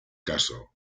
caso